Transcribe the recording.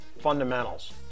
fundamentals